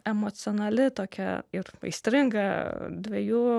emocionali tokia ir aistringa dvejų